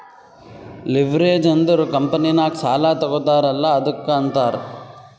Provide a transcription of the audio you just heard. leverage ಅಂದುರ್ ಕಂಪನಿನಾಗ್ ಸಾಲಾ ತಗೋತಾರ್ ಅಲ್ಲಾ ಅದ್ದುಕ ಅಂತಾರ್